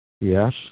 Yes